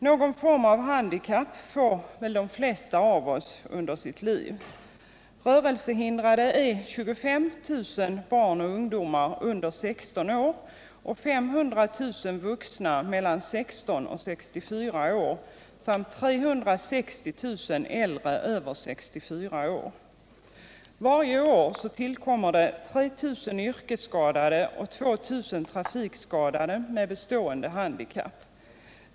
Någon form av handikapp får de flesta av oss under sitt liv. Rörelsehindrade är 25 000 barn och ungdomar under 16 år och 500 000 vuxna mellan 16 och 64 år samt 360 000 äldre över 64 år. Varje år tillkommer det 3 000 yrkesskadade och 2 000 trafikskadade med bestående handikapp.